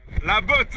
number